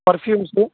perfumes